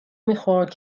میخورد